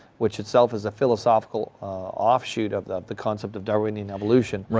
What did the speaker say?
which itself is a philosophical offshoot of the concept of darwinian evolution,